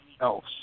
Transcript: else